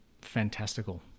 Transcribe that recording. fantastical